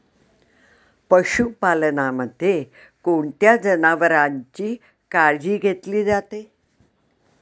पशुपालनामध्ये कोणत्या जनावरांची काळजी घेतली जाते?